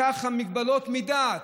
למגבלות מדעת,